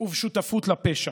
ובשותפות לפשע.